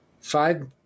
five